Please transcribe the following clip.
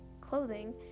clothing